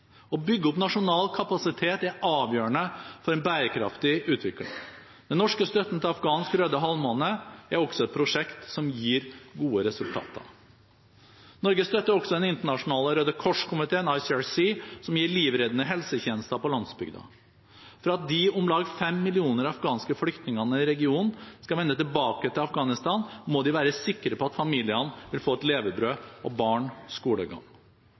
Å bygge opp nasjonal kapasitet er avgjørende for en bærekraftig utvikling. Den norske støtten til afghanske Røde Halvmåne er også et prosjekt som gir gode resultater. Norge støtter også Den internasjonale Røde Kors-komiteen – ICRC – som gir livreddende helsetjenester på landsbygda. For at de om lag 5 millioner afghanske flyktningene i regionen skal vende tilbake til Afghanistan, må de være sikre på at familien vil få et levebrød, og barna skolegang.